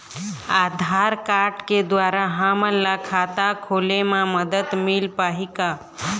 आधार card के द्वारा हमन ला खाता खोले म मदद मिल पाही का?